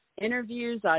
Interviews